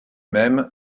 même